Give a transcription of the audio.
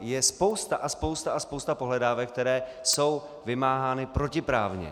Je spousta a spousta pohledávek, které jsou vymáhány protiprávně.